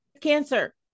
Cancer